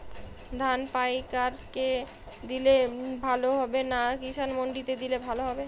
ধান পাইকার কে দিলে ভালো হবে না কিষান মন্ডিতে দিলে ভালো হবে?